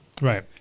right